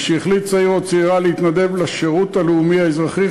משהחליט צעיר או החליטה צעירה להתנדב לשירות הלאומי האזרחי,